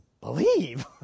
believe